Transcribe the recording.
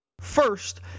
First